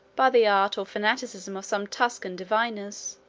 by the art or fanaticism of some tuscan diviners,